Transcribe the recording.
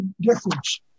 difference